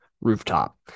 Rooftop